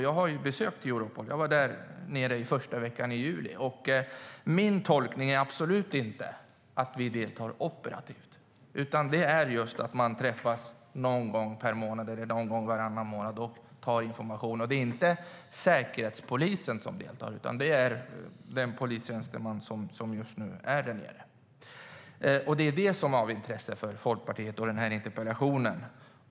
Jag besökte Europol den första veckan i september, och min tolkning är definitivt inte att vi deltar operativt, utan man träffas någon gång per månad eller varannan månad och får information. Det är dessutom inte Säkerhetspolisen som deltar utan den polistjänsteman som för tillfället befinner sig där, och det är det som är av intresse för Folkpartiet och den här interpellationsdebatten.